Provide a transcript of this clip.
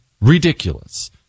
Ridiculous